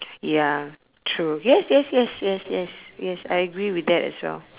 ya true yes yes yes yes yes yes I agree with that as well